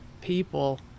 people